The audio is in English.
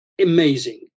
amazing